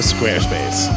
Squarespace